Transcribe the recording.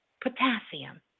potassium